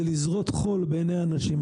זה לזרות חול בעיני אנשים.